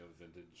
vintage